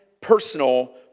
personal